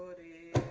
ah the